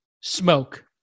smoke